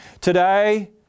Today